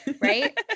Right